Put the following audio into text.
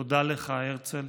תודה לך, הרצל,